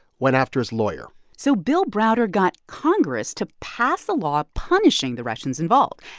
went after his lawyer so bill browder got congress to pass a law punishing the russians involved.